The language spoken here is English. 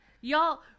Y'all